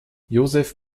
josef